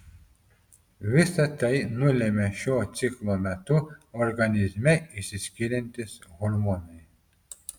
visa tai nulemia šiuo ciklo metu organizme išsiskiriantys hormonai